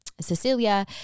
Cecilia